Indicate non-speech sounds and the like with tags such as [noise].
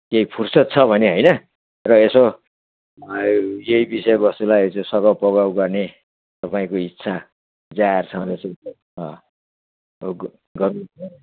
केही फुर्सद छ भने होइन र यसो यही विषय वस्तुलाई सघाउ पगाउ गर्ने तपाईँको इच्छा जाहेर छँदै छ तपाईँको गर्नु [unintelligible]